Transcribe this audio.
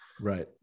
right